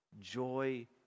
joy